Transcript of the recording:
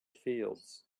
fields